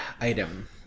item